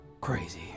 crazy